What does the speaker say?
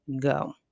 go